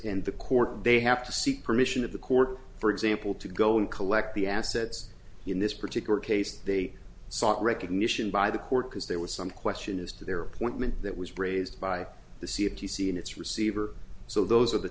and the court they have to seek permission of the court for example to go and collect the assets in this particular case they sought recognition by the court because there was some question as to their appointment that was raised by the c d c and its receiver so those are the